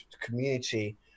community